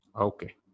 Okay